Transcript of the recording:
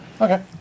Okay